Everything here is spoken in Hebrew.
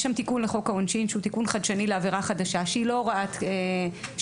יש תיקון לחוק העונשי שהוא תיקון חדשני לעבירה חדשה שהיא לא הוראת שעה